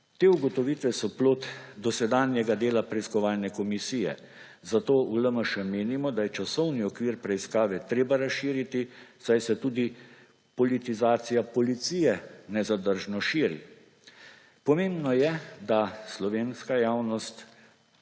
Te ugotovitve so plod dosedanjega dela preiskovalne komisije, zato v LMŠ menimo, da je časovni okvir preiskave treba razširiti, saj se tudi politizacija policije nezadržno širi. Pomembno je, da slovenska javnost